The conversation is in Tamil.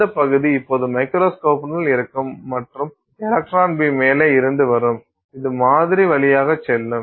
இந்த பகுதி இப்போது மைக்ரோஸ்கோப்னுள் இருக்கும் மற்றும் எலக்ட்ரான் பீம் மேலே இருந்து வரும் இது மாதிரி வழியாக செல்லும்